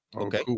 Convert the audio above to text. okay